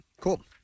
Cool